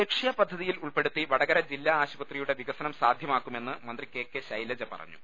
ലക്ഷ്യപദ്ധതിയിൽ ഉൾപ്പെടുത്തി വടകര ജില്ലാ ആശുപത്രിയുടെ വികസനം സാധ്യമാക്കുമെന്ന് മന്ത്രി കെ കെ ശൈലജ പറഞ്ഞു